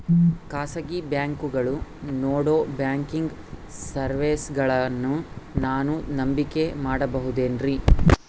ಖಾಸಗಿ ಬ್ಯಾಂಕುಗಳು ನೇಡೋ ಬ್ಯಾಂಕಿಗ್ ಸರ್ವೇಸಗಳನ್ನು ನಾನು ನಂಬಿಕೆ ಮಾಡಬಹುದೇನ್ರಿ?